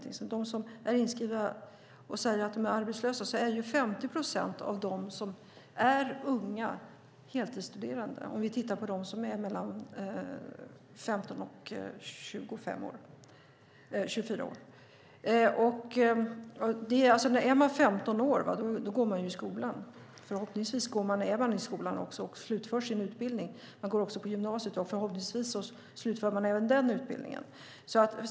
Av dem som är inskrivna och säger att de är arbetslösa är 50 procent heltidsstuderande bland dem som är mellan 15 och 24 år. Är man 15 år går man i skolan. Förhoppningsvis slutför man också sin utbildning. Man går också på gymnasiet, och förhoppningsvis slutför man även den utbildningen.